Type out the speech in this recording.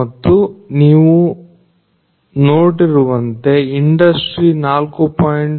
ಮತ್ತು ನೀವು ನೋಡಿರುವಂತೆ ಇಂಡಸ್ಟ್ರಿ4